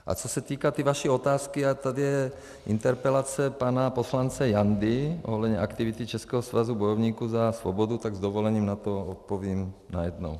A co se týká té vaší otázky, a tady je interpelace pana poslance Jandy ohledně aktivity Českého svazu bojovníků za svobodu, tak s dovolením na to odpovím najednou.